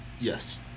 Yes